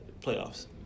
playoffs